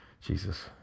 Jesus